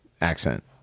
accent